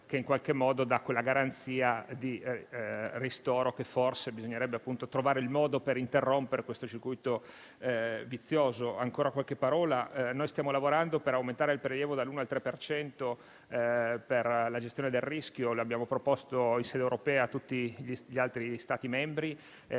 che in qualche modo dà quella garanzia di ristoro; forse bisognerebbe trovare il modo per interrompere questo circuito vizioso. Stiamo lavorando per aumentare il prelievo dall'1 al 3 per cento per la gestione del rischio, come abbiamo proposto in sede europea a tutti gli altri Stati membri.